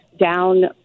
down